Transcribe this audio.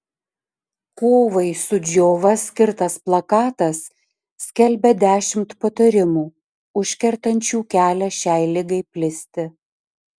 kovai su džiova skirtas plakatas skelbia dešimt patarimų užkertančių kelią šiai ligai plisti